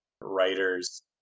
writers